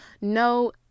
No